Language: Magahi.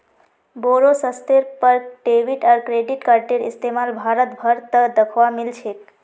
बोरो स्तरेर पर डेबिट आर क्रेडिट कार्डेर इस्तमाल भारत भर त दखवा मिल छेक